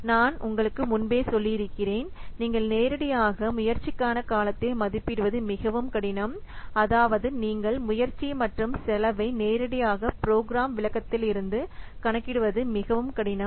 நான் உங்களுக்கு முன்பே சொல்லியிருக்கிறேன் நீங்கள் நேரடியாக முயற்சிக்கான காலத்தை மதிப்பிடுவது மிகவும் கடினம் அதாவது நீங்கள் முயற்சி மற்றும் செலவை நேரடியாக ப்ரோக்ராம் விளக்கத்திலிருந்து இருந்து கணக்கிடுவது மிகவும் கடினம்